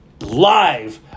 Live